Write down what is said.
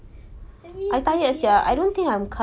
eh yes